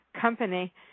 company